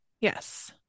Yes